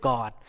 God